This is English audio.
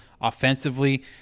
offensively